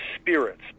spirits